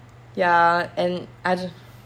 ya and I don~